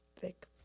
thick